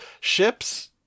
ships